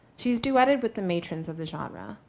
she's dueted with the matrons of the genre,